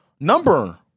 number